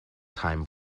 time